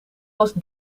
was